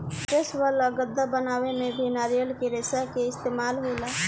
mattress वाला गद्दा बनावे में भी नारियल के रेशा के इस्तेमाल होला